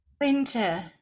Winter